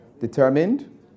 determined